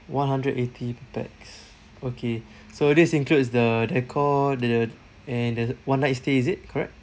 one hundred eighty per pax okay so this includes the decor the the and the one night stay is it correct